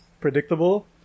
predictable